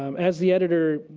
um as the editor,